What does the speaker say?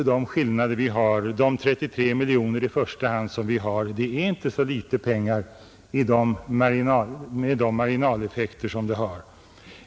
Den skillnad på 33 miljoner kronor som vårt förslag i första hand innebär är ändå inte så liten med de marginaleffekter som finns.